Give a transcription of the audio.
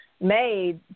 Made